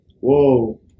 whoa